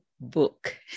book